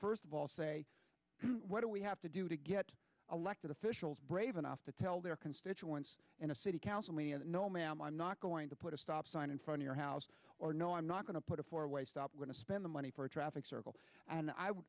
first of all say what do we have to do to get elected officials brave enough to tell their constituents in a city council no ma'am i'm not going to put a stop sign in front of her house or no i'm not going to put a four way stop going to spend the money for a traffic circle and i would